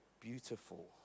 beautiful